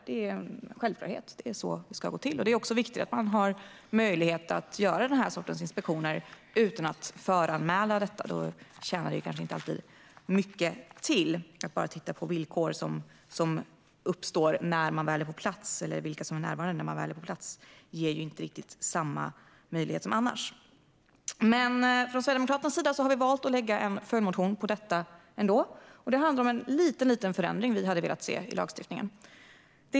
Det är en självklarhet att det är så det ska gå till. Det är också viktigt att man har möjlighet att göra den här sortens inspektioner utan att föranmäla detta, för det tjänar kanske inte alltid så mycket till annars. Att bara titta på villkor som uppstår när man väl är på plats eller vilka som är närvarande då ger inte riktigt samma möjligheter som vid oannonserade inspektioner. Från Sverigedemokraternas sida har vi valt att lägga en följdmotion rörande detta ändå. Det handlar om en liten, liten förändring som vi skulle ha velat se i lagstiftningen.